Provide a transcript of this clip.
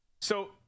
So-